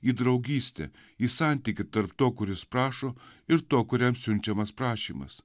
į draugystę į santykį tarp to kuris prašo ir to kuriam siunčiamas prašymas